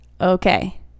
Okay